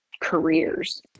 careers